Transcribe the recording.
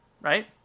Right